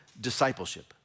discipleship